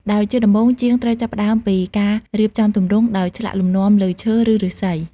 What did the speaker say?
ដោយជាដំបូង ជាងត្រូវចាប់ផ្ដើមពី ការរៀបចំទម្រង់ ដោយឆ្លាក់លំនាំលើឈើ ឬឫស្សី។